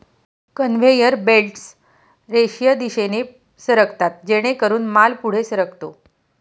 conveyor belts रेषीय दिशेने सरकतात जेणेकरून माल पुढे सरकतो